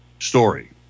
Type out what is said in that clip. story